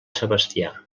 sebastià